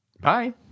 Bye